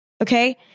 Okay